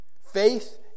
Faith